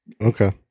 okay